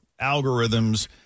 algorithms